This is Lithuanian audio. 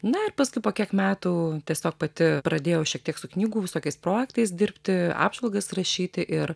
na ir paskui po kiek metų tiesiog pati pradėjau šiek tiek su knygų visokiais projektais dirbti apžvalgas rašyti ir